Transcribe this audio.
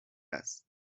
است